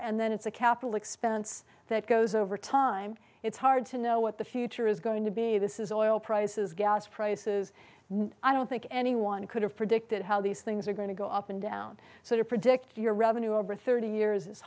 and then it's a capital expense that goes over time it's hard to know what the future is going to be this is oil prices gas prices i don't think anyone could have predicted how these things are going to go up and down so to predict your revenue over thirty years is